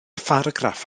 pharagraff